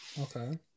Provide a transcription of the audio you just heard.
Okay